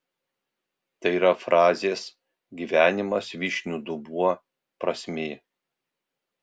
tai yra frazės gyvenimas vyšnių dubuo prasmė